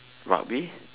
rugby